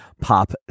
pop